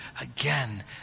again